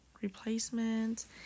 replacement